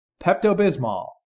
Pepto-Bismol